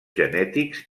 genètics